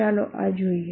ચાલો આ જોઈએ